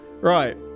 Right